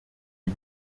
die